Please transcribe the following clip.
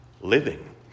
living